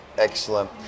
Excellent